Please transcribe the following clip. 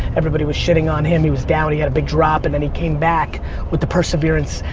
everybody was shitting on him. he was down, he had a big drop and then he came back with the perseverance,